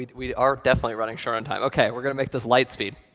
we are definitely running short on time. ok, we're going to make this light speed.